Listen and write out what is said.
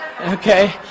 okay